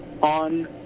on